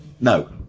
No